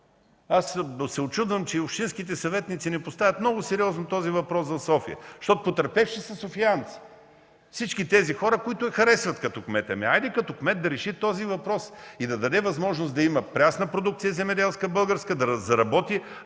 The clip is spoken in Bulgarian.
Аз се учудвам, че общинските съветници не поставят много сериозно този въпрос в София, защото потърпевши са софиянци – всички тези хора, които я харесват като кмет. Хайде, като кмет да реши този въпрос и да даде възможност да има прясна българска земеделска продукция, да заработи